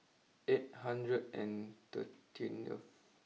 eight hundred and thirteen